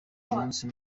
umunsi